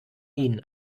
ihnen